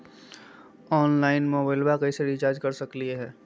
Online मोबाइलबा कैसे recharge कर सकलिए है?